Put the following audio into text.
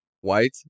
white